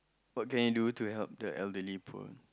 what can you do to help the elderly poor